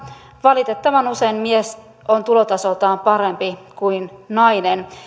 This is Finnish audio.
valitettavan usein mies on tulotasoltaan parempi kuin nainen